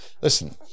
Listen